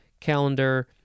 calendar